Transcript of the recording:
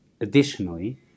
Additionally